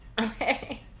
okay